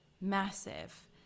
massive